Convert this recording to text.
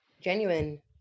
genuine